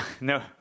no